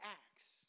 acts